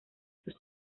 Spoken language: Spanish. sus